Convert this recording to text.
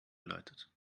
geleitet